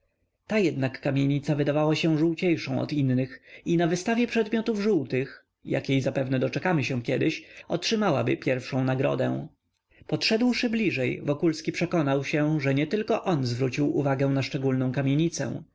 ta jednak kamienica wydawała się żółciejszą od innych i na wystawie przedmiotów żółtych jakiej zapewne doczekamy się kiedyś otrzymałaby pierwszą nagrodę podszedłszy bliżej wokulski przekonał się że nietylko on zwrócił uwagę na szczególną kamienicę